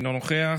אינו נוכח,